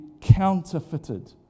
counterfeited